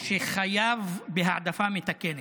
שחייב בהעדפה מתקנת.